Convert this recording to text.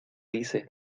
dice